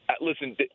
listen